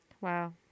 Wow